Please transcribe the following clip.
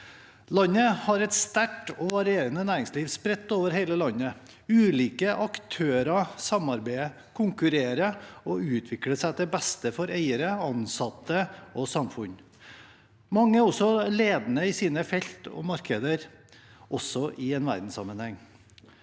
Landet har et sterkt og varierende næringsliv spredt over hele landet. Ulike aktører samarbeider, konkurrerer og utvikler seg til det beste for eiere, ansatte og samfunn. Mange er ledende i sine felt og markeder, også i verdenssammenheng.